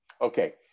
okay